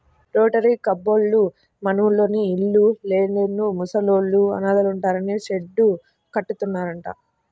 rotary కబ్బోళ్ళు మనూర్లోని ఇళ్ళు లేనోళ్ళు, ముసలోళ్ళు, అనాథలుంటానికి షెడ్డు కట్టిత్తన్నారంట